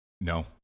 No